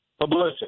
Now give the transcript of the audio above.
Publicity